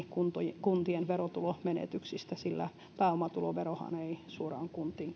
kuntien kuntien verotulomenetyksistä sillä pääomatuloverohan ei suoraan kuntiin